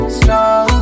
slow